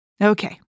Okay